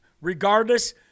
regardless